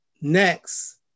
next